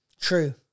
True